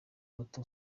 bato